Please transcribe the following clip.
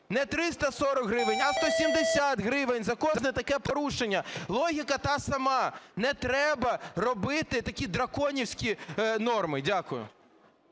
не 340 гривень, а 170 гривень за кожне таке порушення. Логіка та сама: не треба робити такі драконівські норми. Дякую.